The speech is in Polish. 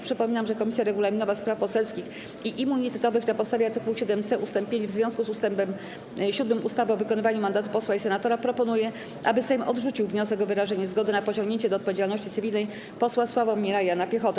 Przypominam, że Komisja Regulaminowa, Spraw Poselskich i Immunitetowych na podstawie art. 7c ust. 5 w związku z ust. 7 ustawy o wykonywaniu mandatu posła i senatora proponuje, aby Sejm odrzucił wniosek o wyrażenie zgody na pociągnięcie do odpowiedzialności cywilnej posła Sławomira Jana Piechoty.